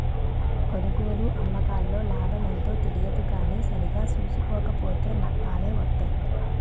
కొనుగోలు, అమ్మకాల్లో లాభమెంతో తెలియదు కానీ సరిగా సూసుకోక పోతో నట్టాలే వొత్తయ్